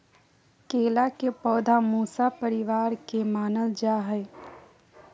केला के पौधा मूसा परिवार के मानल जा हई